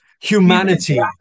humanity